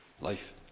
life